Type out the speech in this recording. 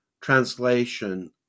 translation